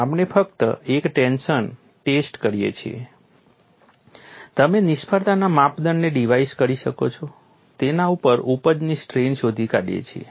આપણે ફક્ત એક ટેન્શન ટેસ્ટ કરીએ છીએ તમે નિષ્ફળતાના માપદંડને ડિવાઇસ કરો છો તેના ઉપર ઉપજની સ્ટ્રેઇન શોધી કાઢીએ છીએ